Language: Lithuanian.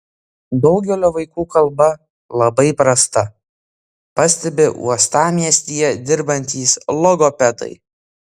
daugelio vaikų kalba labai prasta pastebi uostamiestyje dirbantys logopedai